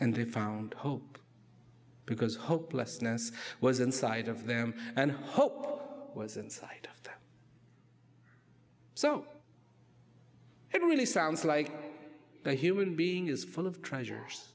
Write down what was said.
and we found hope because hopelessness was inside of them and hope was inside so it really sounds like the human being is full of treasures